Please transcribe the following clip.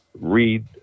Read